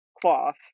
cloth